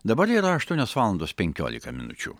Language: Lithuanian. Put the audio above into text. dabar yra aštuonios valandos penkiolika minučių